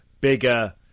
bigger